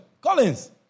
Collins